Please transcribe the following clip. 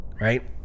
right